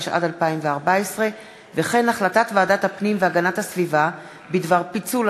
התשע"ד 2014. החלטת ועדת הפנים והגנת הסביבה בדבר פיצול